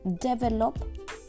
develop